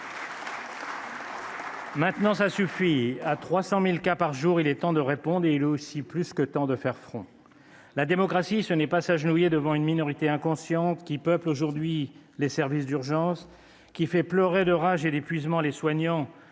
Maintenant, cela suffit ! À 300 000 cas par jour, il est temps de répondre ; il est aussi plus que temps de faire front. La démocratie, ce n'est pas s'agenouiller devant une minorité inconsciente qui peuple aujourd'hui les services d'urgence et qui fait pleurer de rage et d'épuisement les soignants